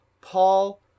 Paul